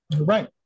Right